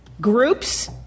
groups